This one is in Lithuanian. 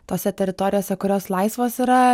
tose teritorijose kurios laisvos yra